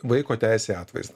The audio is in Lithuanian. vaiko teisę į atvaizdą